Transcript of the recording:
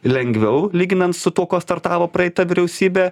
lengviau lyginant su tuo kuo startavo praeita vyriausybė